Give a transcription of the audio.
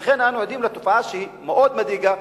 אנו עדים לתופעה מאוד מדאיגה,